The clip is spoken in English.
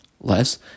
less